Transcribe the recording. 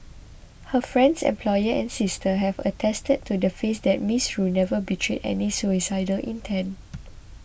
her friends employer and sister have attested to the that Miss Rue never betrayed any suicidal intent